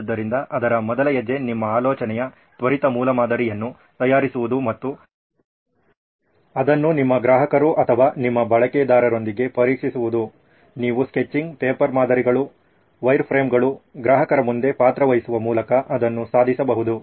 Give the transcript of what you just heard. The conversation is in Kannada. ಆದ್ದರಿಂದ ಅದರ ಮೊದಲ ಹೆಜ್ಜೆ ನಿಮ್ಮ ಆಲೋಚನೆಯ ತ್ವರಿತ ಮೂಲಮಾದರಿಯನ್ನು ತಯಾರಿಸುವುದು ಮತ್ತು ಅದನ್ನು ನಿಮ್ಮ ಗ್ರಾಹಕರು ಅಥವಾ ನಿಮ್ಮ ಬಳಕೆದಾರರೊಂದಿಗೆ ಪರೀಕ್ಷಿಸುವುದು ನೀವು ಸ್ಕೆಚಿಂಗ್ ಪೇಪರ್ ಮಾದರಿಗಳು ವೈರ್ಫ್ರೇಮ್ಗಳು ಗ್ರಾಹಕರ ಮುಂದೆ ಪಾತ್ರವಹಿಸುವ ಮೂಲಕ ಅದನ್ನು ಸಾಧಿಸಬಹುದು